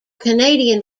canadian